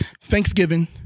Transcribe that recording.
thanksgiving